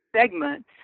segment